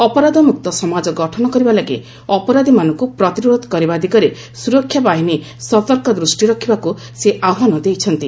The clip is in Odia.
ଅପରାଧ ମୁକ୍ତ ସମାଜ ଗଠନ କରିବା ଲାଗି ଅପରାଧୀମାନଙ୍କୁ ପ୍ରତିରୋଧ କରିବା ଦିଗରେ ସୁରକ୍ଷା ବାହିନୀ ସତର୍କ ଦୃଷ୍ଟି ରଖିବାକୁ ସେ ଆହ୍ୱାନ ଦେଇଛନ୍ତି